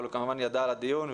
אבל הוא כמובן ידע על הדיון,